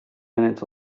minutes